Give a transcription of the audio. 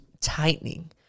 tightening